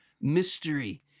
mystery